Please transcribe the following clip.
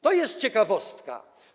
To jest ciekawostka.